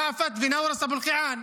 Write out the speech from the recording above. ראפת ונאורס אבו אל-קיעאן,